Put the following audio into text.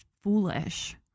foolish